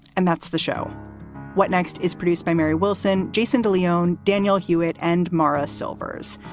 and that's the show what next? is produced by mary wilson. jason de leon. daniel hewitt and maura silvers.